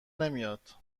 نمیاد